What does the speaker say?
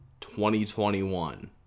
2021